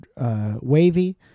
wavy